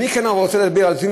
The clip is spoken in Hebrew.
אני כן רוצה להביע את דעתי,